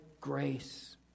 grace